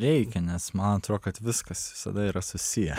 reikia nes man atrodo kad viskas visada yra susiję